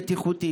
בטיחותי,